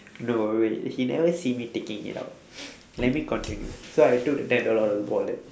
no wait he never see me taking it out let me continue so I took the ten dollar out of the wallet